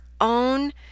own